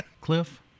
Cliff